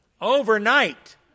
Overnight